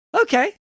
okay